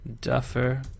Duffer